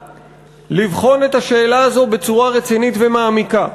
לבחון את השאלה הזאת בצורה רצינית ומעמיקה.